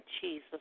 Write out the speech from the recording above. Jesus